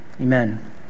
amen